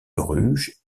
bruges